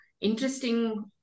interesting